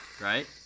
right